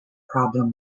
problem